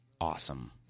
Awesome